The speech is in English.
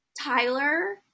Tyler